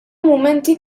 mumenti